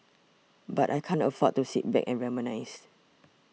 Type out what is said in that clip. but I can't afford to sit back and reminisce